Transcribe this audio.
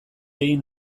egin